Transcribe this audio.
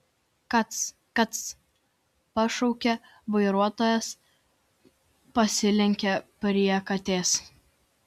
kac kac pašaukė vairuotojas pasilenkė prie katės